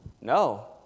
No